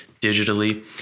digitally